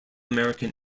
american